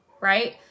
right